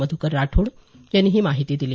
मधुकर राठोड यांनी ही माहिती दिली